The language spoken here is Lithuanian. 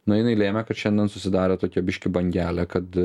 na jinai lėmė kad šiandien susidarė tokia biškį bangelė kad